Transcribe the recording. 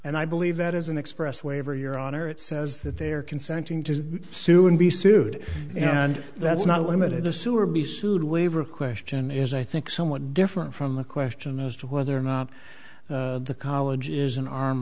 and i believe that is an express waiver your honor it says that they're consenting to sue and be sued and that's not limited to sue or be sued waiver question is i think somewhat different from the question as to whether or not the college is an arm